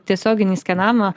tiesioginį skenavimą